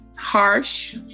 harsh